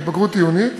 לבגרות עיונית,